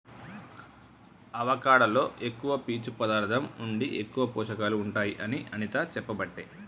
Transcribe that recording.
avocado లో ఎక్కువ పీచు పదార్ధం ఉండి ఎక్కువ పోషకాలు ఉంటాయి అని అనిత చెప్పబట్టే